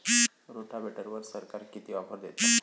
रोटावेटरवर सरकार किती ऑफर देतं?